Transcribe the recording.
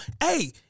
hey